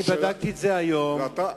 בדקתי את זה היום עם אנשי מקצוע.